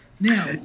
Now